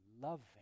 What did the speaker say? loving